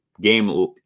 game